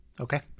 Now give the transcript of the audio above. Okay